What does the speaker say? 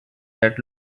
that